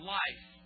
life